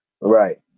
Right